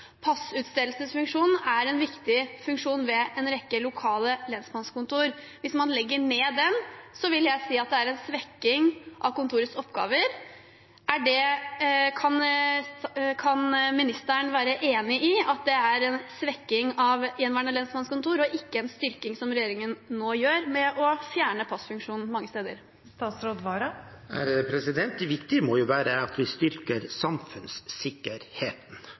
Passutstedelsesfunksjonen er en viktig funksjon ved en rekke lokale lensmannskontor. Hvis man legger ned den, vil jeg si at det er en svekking av kontorets oppgaver. Kan ministeren være enig i at det er en svekking – ikke en styrking – av gjenværende lensmannskontor regjeringen nå foretar ved å fjerne passutstedelsesfunksjonen mange steder? Det viktige må være at vi styrker samfunnssikkerheten.